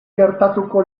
gertatuko